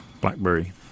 BlackBerry